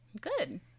Good